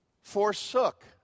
forsook